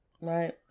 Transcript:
right